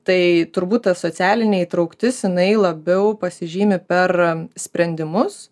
tai turbūt ta socialinė įtrauktis jinai labiau pasižymi per sprendimus